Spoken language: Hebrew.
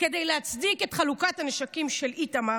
כדי להצדיק את חלוקת הנשקים של איתמר,